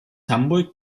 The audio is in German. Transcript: hamburg